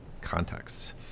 contexts